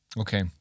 Okay